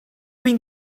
rydw